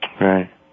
Right